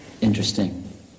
interesting